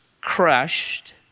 crushed